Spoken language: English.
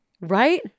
Right